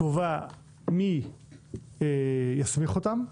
קובע מי יסמיך אותם,